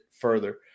further